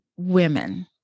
women